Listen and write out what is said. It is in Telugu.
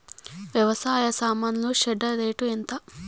వ్యవసాయ సామాన్లు షెడ్డర్ రేటు ఎంత?